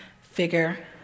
figure